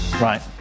Right